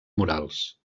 murals